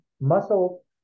muscle